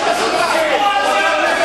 בן-ארי.